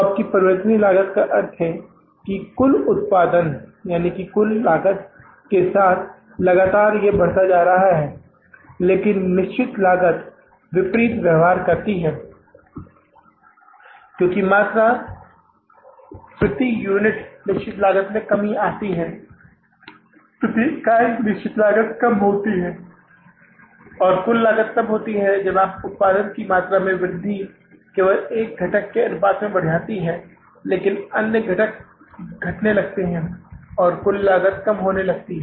आपकी परिवर्तनीय लागत का अर्थ है कि कुल उत्पादन कुल लागत के साथ लगातार बढ़ता जाता है लेकिन निश्चित लागत विपरीत व्यवहार करना शुरू कर देती है क्योंकि मात्रा प्रति यूनिट निश्चित लागत में कमी आती है प्रति इकाई निश्चित लागत कम होती है और कुल लागत तब होती है जब आप उत्पादन की मात्रा में वृद्धि केवल एक घटक के अनुपात में बढ़ जाती है लेकिन अन्य घटक घटने लगते हैं और कुल लागत कम होने लगती है